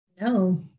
No